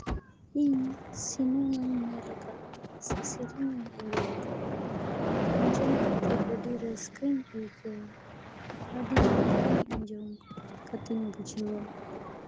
ᱤᱧ ᱥᱤᱱᱮᱢᱟᱧ ᱧᱮᱞ ᱟᱠᱟᱜᱼᱟ ᱥᱮ ᱥᱮᱨᱮᱧ ᱤᱧ ᱟᱸᱡᱚᱢ ᱟᱠᱟᱜᱼᱟ ᱟᱸᱡᱚᱢ ᱠᱟᱛᱮᱫ ᱟᱹᱰᱤ ᱨᱟᱹᱥᱠᱟᱹᱧ ᱟᱹᱭᱠᱟᱹᱣᱟ ᱟᱹᱰᱤ ᱱᱟᱯᱟᱭᱤᱧ ᱟᱸᱡᱚᱢ ᱠᱟᱛᱤᱧ ᱵᱩᱡᱷᱟᱹᱣᱟ